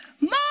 More